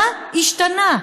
מה השתנה?